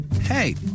hey